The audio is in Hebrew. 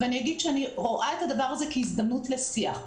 אני רואה את הדבר הזה כהזדמנות לשיח.